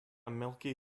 milky